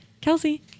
Kelsey